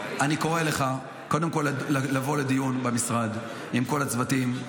קודם כול לבוא לדיון במשרד עם כל הצוותים.